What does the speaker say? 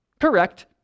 Correct